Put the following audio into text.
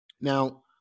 Now